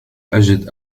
أجد